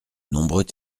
nombreux